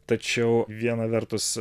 tačiau viena vertus